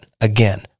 Again